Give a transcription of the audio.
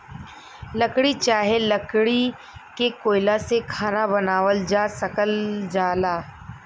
लकड़ी चाहे लकड़ी के कोयला से खाना बनावल जा सकल जाला